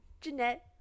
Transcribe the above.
Jeanette